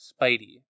Spidey